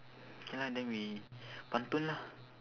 K lah then we pantun lah